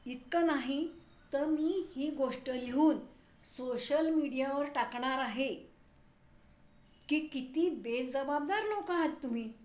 इतकं नाही तर मी ही गोष्ट लिहून सोशल मीडियावर टाकणार आहे की किती बेजबाबदार लोक आहात तुम्ही